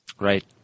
Right